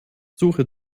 suche